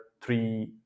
three